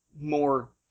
more